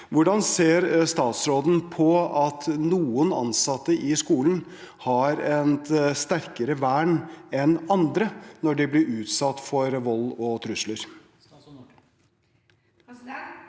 Hvordan ser statsråden på at noen ansatte i skolen har et sterkere vern enn andre når de blir utsatt for vold og trusler?